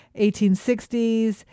1860s